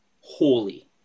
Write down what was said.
holy